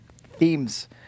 themes